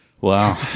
wow